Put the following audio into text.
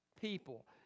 people